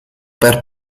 per